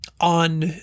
on